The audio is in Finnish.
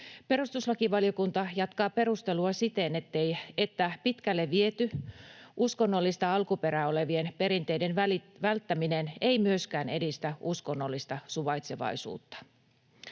Perustuslakivaliokunta jatkaa perustelua siten, että pitkälle viety uskonnollista alkuperää olevien perinteiden välttäminen ei myöskään edistä uskonnollista suvaitsevaisuutta.